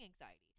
anxiety